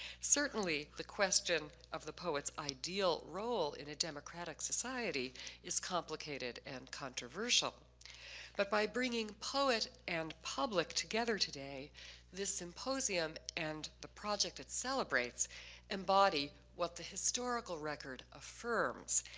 certainly the question of the poet's ideal role in a democratic society is complicated and controversial but by bringing poet and public together today this symposium and the project it celebrates embody what the historical record affirms.